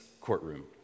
courtroom